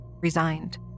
resigned